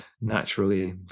naturally